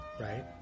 Right